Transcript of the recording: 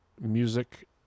music